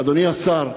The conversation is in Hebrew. אדוני השר,